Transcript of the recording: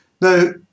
Now